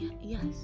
yes